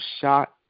shot